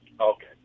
Okay